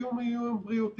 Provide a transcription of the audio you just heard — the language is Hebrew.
האיום הוא איום בריאותי.